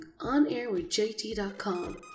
OnAirWithJT.com